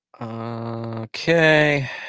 Okay